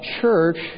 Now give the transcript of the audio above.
church